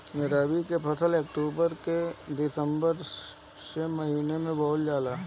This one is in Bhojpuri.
रबी के फसल अक्टूबर से दिसंबर के महिना में बोअल जाला